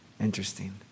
Interesting